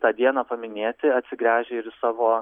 tą dieną paminėti atsigręžę ir savo